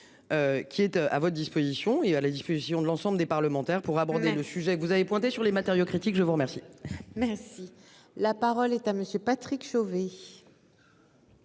Qui est à votre disposition et à la diffusion de l'ensemble des parlementaires pour aborder le sujet que vous avez pointé sur les matériaux critiques, je vous remercie. Merci la parole est à monsieur Patrick Chauvet.